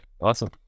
awesome